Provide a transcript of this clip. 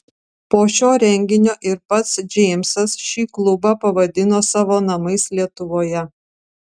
po šio renginio ir pats džeimsas šį klubą pavadino savo namais lietuvoje